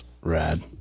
rad